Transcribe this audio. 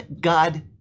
God